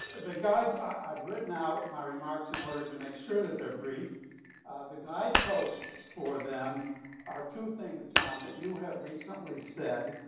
the guide, i've written out my remarks in order to make sure that their brief the guideposts for them are two things john, that you have recently said,